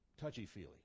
touchy-feely